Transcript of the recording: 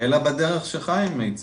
אלא בדרך שחיים הציג.